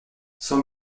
cent